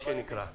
מה שנקרא?